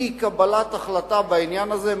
אי-קבלת החלטה בעניין הזה,